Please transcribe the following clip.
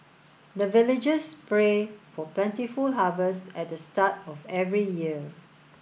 the villagers pray for plentiful harvest at the start of every year